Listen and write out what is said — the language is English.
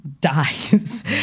dies